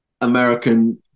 American